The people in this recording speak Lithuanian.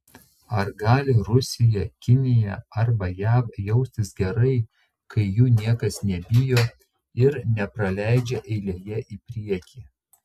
ar gali rusija kinija arba jav jaustis gerai kai jų niekas nebijo ir nepraleidžia eilėje į priekį